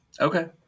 Okay